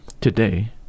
today